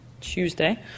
Tuesday